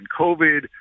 COVID